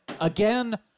Again